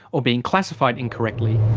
or being classified incorrectly.